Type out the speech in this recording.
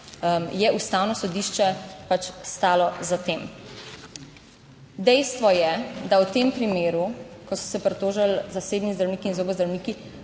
je Ustavno sodišče pač stalo za tem. Dejstvo je, da v tem primeru, ko so se pritožili zasebni zdravniki in zobozdravniki,